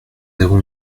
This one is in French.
avons